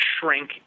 shrink